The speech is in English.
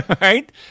Right